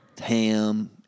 ham